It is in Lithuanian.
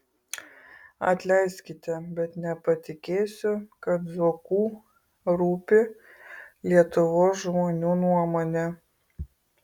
atleiskite bet nepatikėsiu kad zuoku rūpi lietuvos žmonių nuomonė